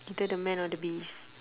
either the man or the bees